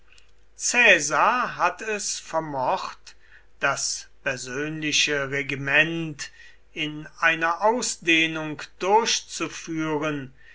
hat es vermocht das persönliche regiment in einer ausdehnung durchzuführen